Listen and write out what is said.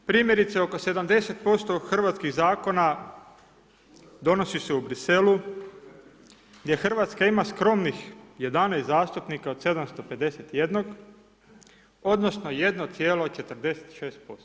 Primjerice oko 70% hrvatskih Zakona, donosi se u Bruxellesu, gdje Hrvatska ima skromnih 11 zastupnika od 751, odnosno 1,46%